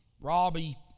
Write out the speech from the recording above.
Robbie